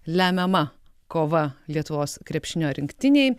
lemiama kova lietuvos krepšinio rinktinei